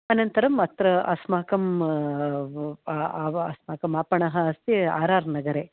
अनन्तरम् अत्र अस्माकं आवा अस्माकम् आपणः अस्ति आर् आर् नगरे मुख्य